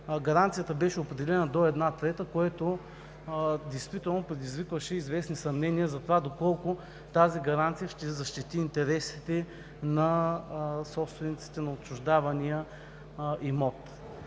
гаранцията беше определена до една трета, което действително предизвикваше известни съмнения за това доколко тази гаранция ще защити интересите на собствениците на отчуждавания имот.